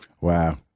Wow